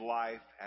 life